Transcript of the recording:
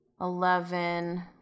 eleven